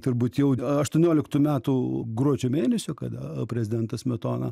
turbūt jau aštuonioliktų metų gruodžio mėnesio kada prezidentas smetona